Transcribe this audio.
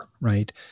right